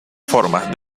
formas